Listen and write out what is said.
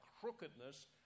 crookedness